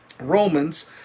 Romans